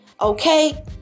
okay